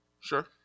Sure